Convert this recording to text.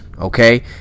okay